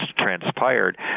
Transpired